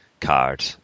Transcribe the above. card